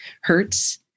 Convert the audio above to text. hurts